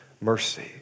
mercy